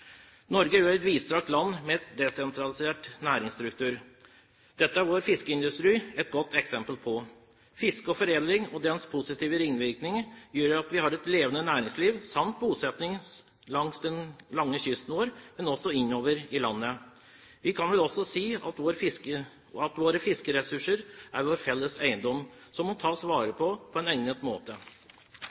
Norge er et vidstrakt land med en desentralisert næringsstruktur. Dette er vår fiskeindustri et godt eksempel på. Fiske og foredling og deres positive ringvirkninger gjør at vi har et levende næringsliv samt bosetting langs den lange kysten vår, men også innover i landet. Vi kan vel også si at våre fiskeressurser er vår felles eiendom som må tas vare på på en egnet måte.